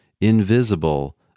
invisible